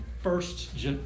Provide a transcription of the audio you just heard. First